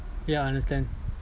yeah I understand